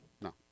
No